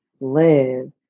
live